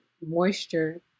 moisture